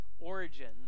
Origins